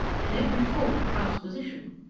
in every form of transposition.